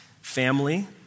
Family